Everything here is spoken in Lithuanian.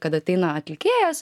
kad ateina atlikėjas